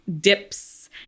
dips